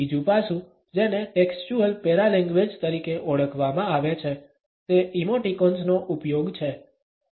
બીજું પાસું જેને ટેક્સ્ચુઅલ પેરાલેંગ્વેજ તરીકે ઓળખવામાં આવે છે તે ઇમોટિકોન્સ નો ઉપયોગ છે